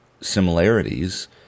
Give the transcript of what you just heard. similarities